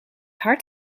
hard